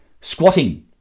Squatting